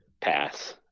pass